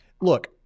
look